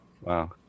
Wow